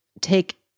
take